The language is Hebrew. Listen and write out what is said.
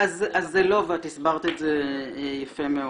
נכון, אז זה לא ואת הסברת את זה יפה מאוד.